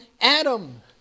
Adam